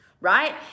right